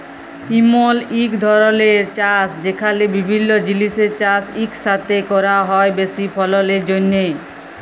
ইমল ইক ধরলের চাষ যেখালে বিভিল্য জিলিসের চাষ ইকসাথে ক্যরা হ্যয় বেশি ফললের জ্যনহে